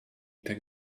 tak